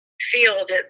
field